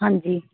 ਹਾਂਜੀ